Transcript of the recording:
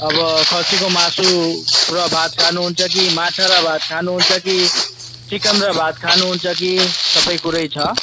अब खसिको मासु र भात खानुहुन्छ कि माछा र भात खानुहुन्छ कि चिकन र भात खानु हुन्छ कि सबै कुरै छ